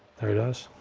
there it is,